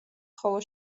ხოლო